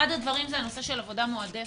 אחד הנושאים זה העניין של עבודה מועדפת.